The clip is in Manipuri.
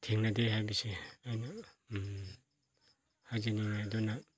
ꯊꯦꯡꯅꯗꯦ ꯍꯥꯏꯕꯁꯦ ꯑꯩꯅ ꯍꯥꯏꯖꯅꯤꯡꯉꯦ ꯑꯗꯨꯅ